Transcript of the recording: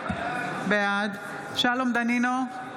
בעד שלום דנינו,